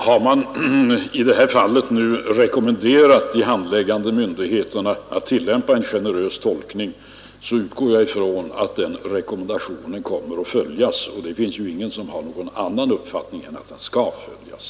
Herr talman! Om man i detta fall har rekommenderat de handläggande myndigheterna att tillämpa en generös tolkning, så utgår jag från att den rekommendationen kommer att följas. Det finns väl heller ingen som har någon annan uppfattning än att den skall följas.